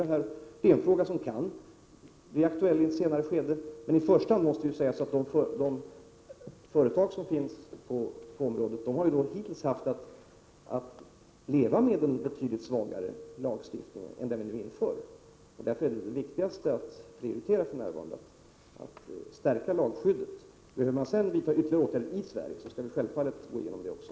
Den saken kan bli aktuell i ett senare skede, men i första hand måste sägas att de företag som finns på området hittills har haft att leva med en betydligt svagare lagstiftning än den vi nu inför. Det viktigaste för närvarande är därför att stärka lagskyddet. Behöver vi sedan vidta ytterligare åtgärder i Sverige kan vi självfallet förbereda det också.